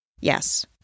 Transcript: Yes